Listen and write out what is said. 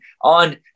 on